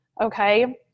okay